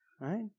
right